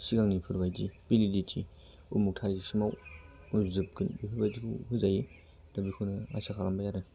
सिगांनिफोरबायदि validity उमुख थारिख सिमाव बे जोबगोन बेफोरबायदिखौ होजायो दा बेखौनो आसा खालामबाय आरो